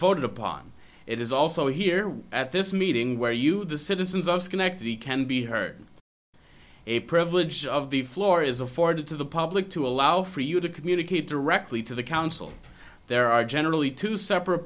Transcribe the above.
voted upon it is also here at this meeting where you the citizens of schenectady can be heard a privilege of the floor is afforded to the public to allow for you to communicate directly to the council there are generally two separate